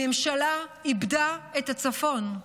הממשלה איבדה את הצפון.